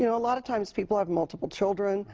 you know a lot of times people have multiple children,